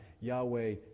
Yahweh